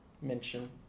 mention